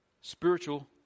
Spiritual